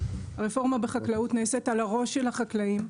הרפורמה בחקלאות נעשית על הראש של החקלאים,